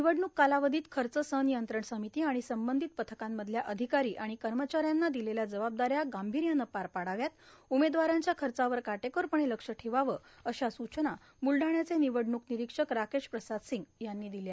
निवडणूक का लावधीत खच सानयंत्रण सामती आणि संबंधित पथकांमधल्या अधिकारो आणि कमचाऱ्यांना र्दिलेल्या जबाबदाऱ्या गांभीयानं पार पाडाव्यात उमेदवारांच्या खचावर काटेकोरपणे लक्ष ठेवावं अशा सूचना ब्रुलडाण्याचे निवडणूक निरीक्षक राकेश प्रसाद निंग यांनी दिल्या